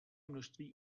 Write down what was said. množství